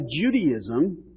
Judaism